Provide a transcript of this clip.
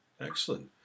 Excellent